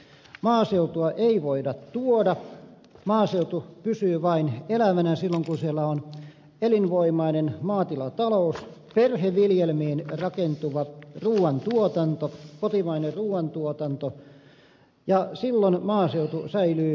maaseutua ei voida tuoda maaseutu pysyy elävänä vain silloin kun siellä on elinvoimainen maatilatalous perheviljelmiin rakentuva ruuantuotanto kotimainen ruuantuotanto ja silloin maaseutu säilyy luontaisesti